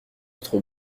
autre